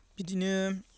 बिदिनो